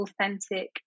authentic